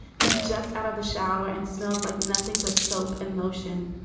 he's just out of the shower and smells like nothing but soap and lotion.